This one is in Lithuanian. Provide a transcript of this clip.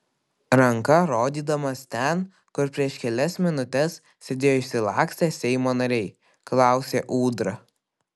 ranka rodydamas ten kur prieš kelias minutes sėdėjo išsilakstę seimo nariai klausė ūdra